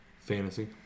Fantasy